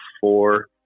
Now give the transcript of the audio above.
four